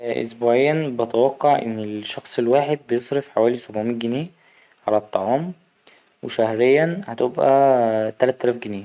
أسبوعيا بتوقع إن الشخص الواحد بيصرف حوالي سبعومية جنيه على الطعام وشهريا هتوبقى تلت تلاف جنيه